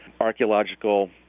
archaeological